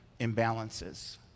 imbalances